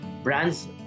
Brands